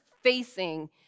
facing